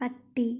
പട്ടി